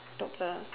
doctor